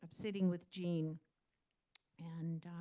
um sitting with gene and